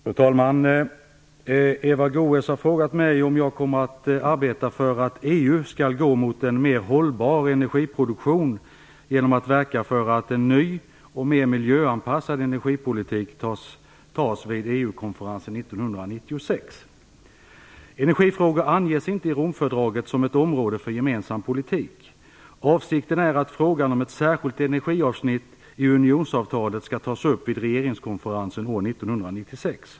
Fru talman! Eva Goës har frågat mig om jag kommer att arbeta för att EU skall gå mot en mer hållbar energiproduktion, genom att verka för att en ny och mer miljöanpassad energipolitik antas vid EU Energifrågor anges inte i Romfördraget som ett område för gemensam politik. Avsikten är att frågan om ett särskilt energiavsnitt i unionsavtalet skall tas upp vid regeringskonferensen år 1996.